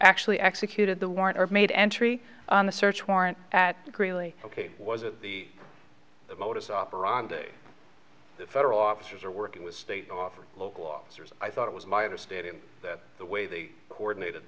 actually executed the warrant or made entry on the search warrant at greeley ok was it the modus operandi the federal officers are working with state offer local officers i thought it was my understanding that the way they coordinated